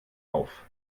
auf